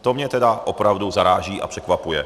To mě teda opravdu zaráží a překvapuje.